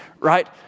right